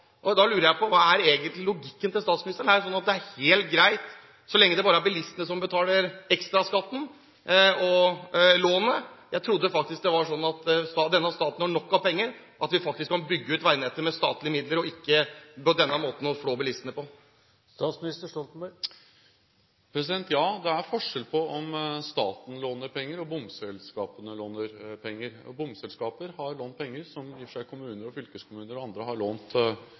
sånn at det er helt greit så lenge det bare er bilistene som betaler ekstraskatten og lånet? Jeg trodde faktisk det var sånn at denne staten har nok av penger, at vi faktisk kan bygge ut veinettet med statlige midler og ikke på denne måten flå bilistene. Ja, det er forskjell på om staten låner penger, eller om bompengeselskapene låner penger. Bompengeselskaper har lånt penger, som i og for seg kommuner, fylkeskommuner og andre har lånt